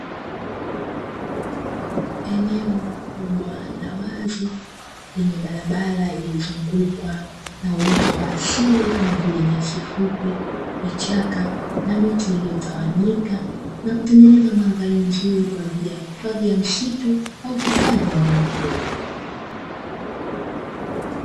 Eneo kubwa la wazi lenye barabara iliyozungukwa na uoto wa asili kama vile; nyasi fupi, vichaka na miti iliyotawanyika na kutengeneza mandhari nzuri kwa ajili ya hifadhi ya msitu au hifadhi ya wanyamapori.